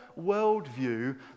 worldview